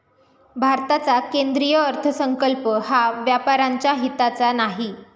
भारताचा केंद्रीय अर्थसंकल्प हा व्यापाऱ्यांच्या हिताचा नाही